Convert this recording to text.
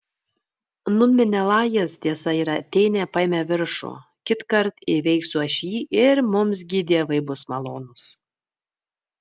nūn menelajas tiesa ir atėnė paėmė viršų kitkart įveiksiu aš jį ir mums gi dievai bus malonūs